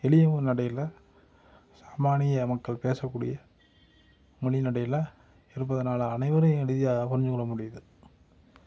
எளியமுறை நடையில் சாமானிய மக்கள் பேசக்கூடிய மொழி நடையில் இருப்பதனால அனைவரும் எளிதாக புரிஞ்சுக்கொள்ள முடியுது